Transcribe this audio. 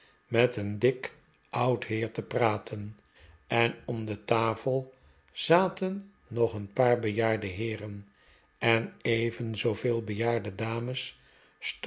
met een dik oud heer te praten en om de tafel zaten nog een paar bejaarde heeren en even zooveel bejaarde dames